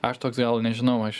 aš toks gal nežinau aš